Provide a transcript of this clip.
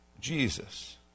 jesus